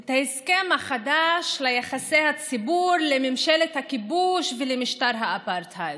את ההסכם החדש ליחסי הציבור לממשלת הכיבוש ולמשטר האפרטהייד,